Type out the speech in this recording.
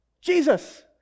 Jesus